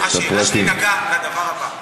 השאלה שלי נגעה לדבר הבא: